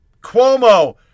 Cuomo